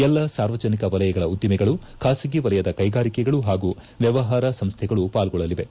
ಎಲ್ಲ ಸಾರ್ವಜನಿಕ ವಲಯದ ಉದ್ದಿಮೆಗಳು ಖಾಸಗಿ ವಲಯದ ಕೈಗಾರಿಕೆಗಳು ಪಾಗೂ ವ್ಯವಹಾರ ಸಂಸ್ಥೆಗಳು ಪಾಲ್ಗೊಳ್ಳಲಿವೆ